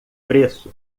preço